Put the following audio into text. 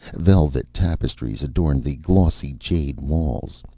velvet tapestries adorned the glossy jade walls,